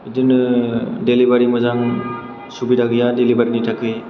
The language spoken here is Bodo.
बिदिनो देलिबारि मोजां सुबिदा गैया देलिबारिनि थाखै